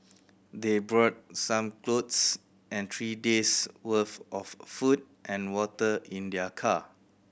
they brought some clothes and three days' worth of a food and water in their car